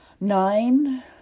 nine